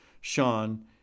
Sean